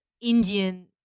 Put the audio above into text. Indian